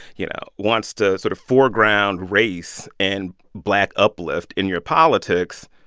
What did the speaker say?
you know, wants to sort of foreground race and black uplift in your politics,